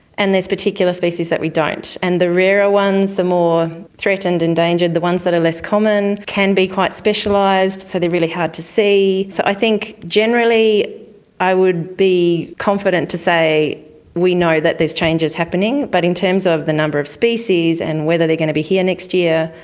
and there's particular species that we don't. and the rarer ones the more threatened, endangered, the ones that are less common can be quite specialised, so they are really hard to see. so i think generally i would be confident to say we know that there's changes happening, but in terms of the number of species and whether they're going to be here next year,